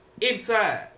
Inside